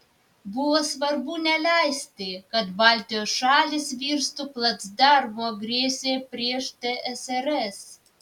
buvo svarbu neleisti kad baltijos šalys virstų placdarmu agresijai prieš tsrs